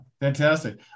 fantastic